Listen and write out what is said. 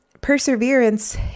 perseverance